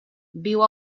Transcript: viu